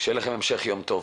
המשך יום טוב.